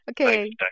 Okay